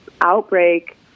outbreak